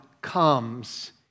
comes